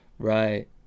Right